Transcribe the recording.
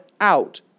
out